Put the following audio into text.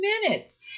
minutes